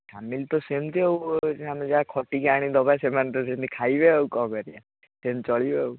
family ତ ସେମିତି ଆଉ ଆମେ ଯାହା ଖଟିକି ଆଣି ଦେବା ସେମାନେ ତ ସେମିତି ଖାଇବେ ଆଉ କ'ଣ କରିବା ସେମିତି ଚଳିବେ ଆଉ